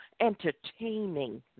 entertaining